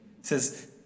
says